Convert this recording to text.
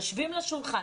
יושבים סביב לשולחן,